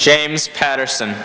james patterson